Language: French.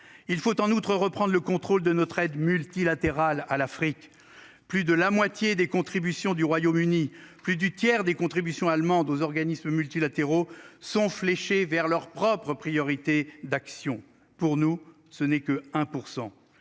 Il faut en outre reprendre le contrôle de notre aide multilatérale à l'Afrique. Plus de la moitié des contributions du Royaume-Uni. Plus du tiers des contributions allemande aux organismes multilatéraux sont fléchés vers leurs propres priorités d'action pour nous ce n'est que 1%.